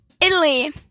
Italy